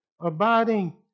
abiding